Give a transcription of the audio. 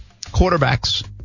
Quarterbacks